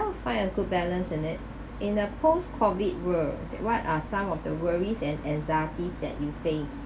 find a good balance in it in a post COVID world what are some of the worries and anxieties that you face